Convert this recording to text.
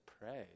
pray